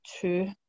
two